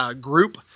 group